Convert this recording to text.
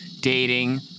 dating